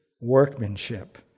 workmanship